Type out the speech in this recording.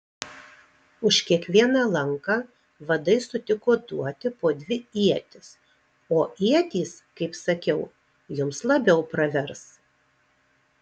už kiekvieną lanką vadai sutiko duoti po dvi ietis o ietys kaip sakiau jums labiau pravers